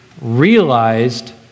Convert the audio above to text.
realized